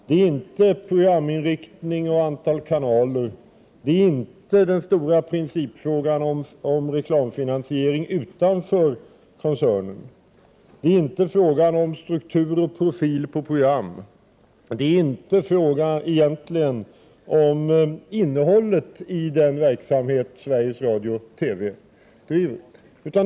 Det är inte programinriktning och antal kanaler, inte den stora principfrågan om reklamfinansiering utanför koncernen, inte struktur och profil på program och egentligen inte heller innehållet i den verksamhet som Sveriges Radio och TV bedriver.